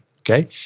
Okay